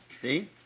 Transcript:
see